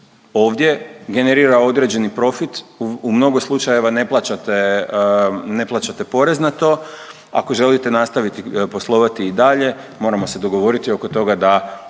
ovdje generira određeni profit u mnogo slučajeva ne plaćate, ne plaćate porez na to ako želite nastaviti poslovati i dalje moramo se dogovoriti oko toga da,